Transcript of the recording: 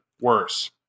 worse